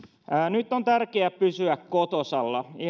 nyt on tärkeää pysyä kotosalla